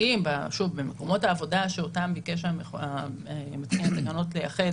--- במקומות העבודה שאותם ביקש מתקין התקנות לייחס